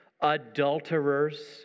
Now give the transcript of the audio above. adulterers